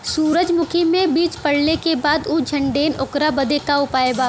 सुरजमुखी मे बीज पड़ले के बाद ऊ झंडेन ओकरा बदे का उपाय बा?